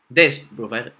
that is provided